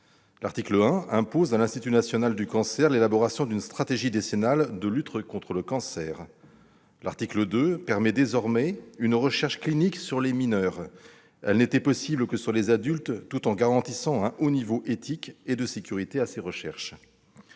L'article 1 impose à l'INCa l'élaboration d'une stratégie décennale de lutte contre le cancer. L'article 2 permet une recherche clinique sur les mineurs- elle n'était jusqu'alors possible que sur les adultes -, tout en garantissant un haut niveau éthique et de sécurité à ces recherches.